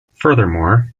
furthermore